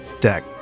deck